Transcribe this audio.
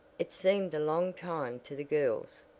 it seemed a long time to the girls,